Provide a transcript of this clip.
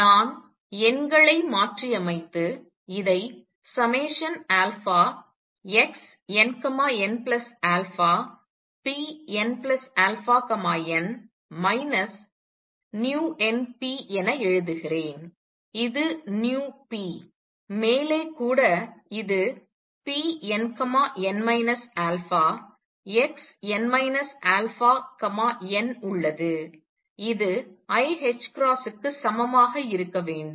நான் எண்களை மாற்றியமைத்து இதை xnnαpnαn minus v n p என எழுதுகிறேன் இது v p மேலே கூட இது pnn xn αn உள்ளது இது i க்கு சமமாக இருக்க வேண்டும்